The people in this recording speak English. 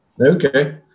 Okay